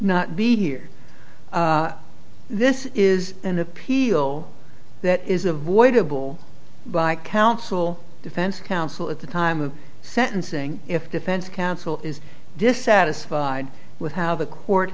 not be here this is an appeal that is avoidable by counsel defense counsel at the time of sentencing if defense counsel is dissatisfied with how the court